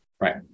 Right